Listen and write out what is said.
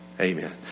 Amen